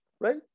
right